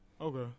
Okay